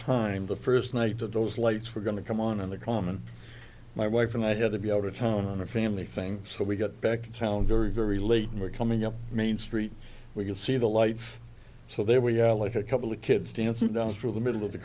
time the first night of those lights were going to come on on the common my wife and i had to be out of town on a family thing so we got back in town very very late and were coming up main street we could see the lights so they were like a couple of kids dancing down through the middle of the